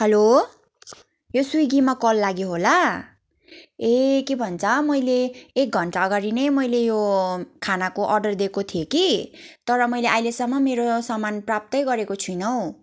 hello यो स्विगीमा कल लाग्यो होला ए के भन्छ मैले एक घन्टा अघाडि नै मैले यो खानाको अर्डर दिएको थिएँ कि तर मैले अहिलेसम्म मेरो सामान प्राप्त गरेको छुइनँ हौ